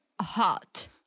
hot